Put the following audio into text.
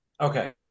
okay